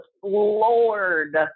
floored